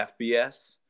FBS